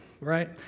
right